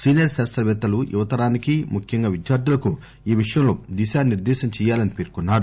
senior శాస్తపేత్తలు యువతరానికి ముఖ్యంగా విద్యార్థులకు ఈ విషయంలో దిశానిర్దేశం చేయాలని పేర్కొన్నారు